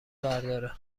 برداره